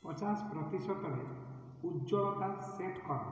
ପଚାଶ ପ୍ରତିଶତରେ ଉଜ୍ଜ୍ୱଳତା ସେଟ୍ କର